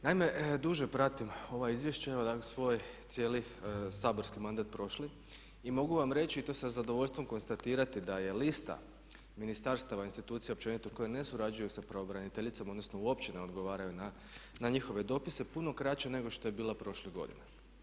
Naime, duže pratim ovo izvješće, evo svoj cijeli saborski mandat prošli i mogu vam reći i to sa zadovoljstvom konstatirati da je lista ministarstava, institucija općenito koje ne surađuju sa pravobraniteljicom odnosno uopće ne odgovaraju na njihove dopise puno kraće nego što je bilo prošle godine.